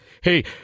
Hey